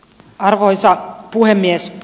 arvoisa puhemies